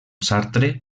sartre